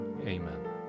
Amen